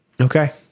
Okay